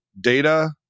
data